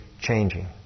changing